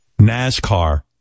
NASCAR